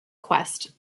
quest